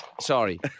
Sorry